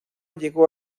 llegó